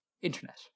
Internet